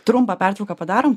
trumpą pertrauką padarom